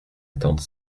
attente